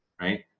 right